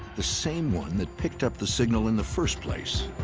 the same one that picked up the signal in the first place.